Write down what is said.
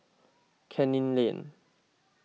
Canning Lane